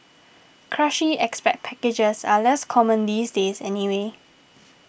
cushy expat packages are less common these days anyway